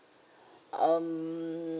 um